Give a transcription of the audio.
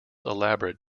elaborate